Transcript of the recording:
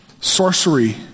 sorcery